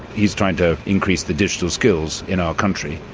he's trying to increase the digital skills in our country.